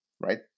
right